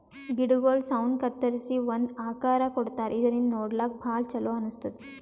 ಗಿಡಗೊಳ್ ಸೌನ್ ಕತ್ತರಿಸಿ ಒಂದ್ ಆಕಾರ್ ಕೊಡ್ತಾರಾ ಇದರಿಂದ ನೋಡ್ಲಾಕ್ಕ್ ಭಾಳ್ ಛಲೋ ಅನಸ್ತದ್